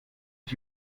ich